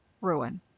Ruin